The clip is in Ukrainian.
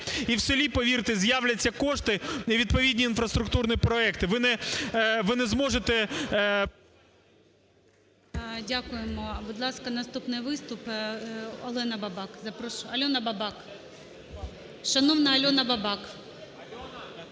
і в селі, повірте, з'являться кошти на відповідні інфраструктурні проекти, ви не зможете… ГОЛОВУЮЧИЙ. Дякуємо. Будь ласка, наступний виступ Олена Бабак. Альона Бабак.